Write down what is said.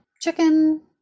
chicken